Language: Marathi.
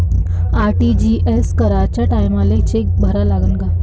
आर.टी.जी.एस कराच्या टायमाले चेक भरा लागन का?